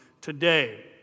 today